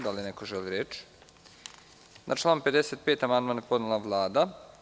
Da li neko želi reč? (Ne) Na član 55. amandman je podnela Vlada.